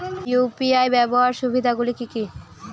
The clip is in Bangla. ইউ.পি.আই ব্যাবহার সুবিধাগুলি কি কি?